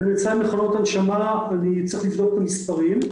לגבי היצע של מכונות הנשמה אני צריך לבדוק את המספרים,